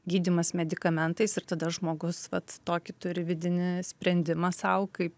gydymas medikamentais ir tada žmogus vat tokį turi vidinį sprendimą sau kaip